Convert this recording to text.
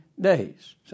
days